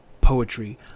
poetry